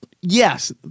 yes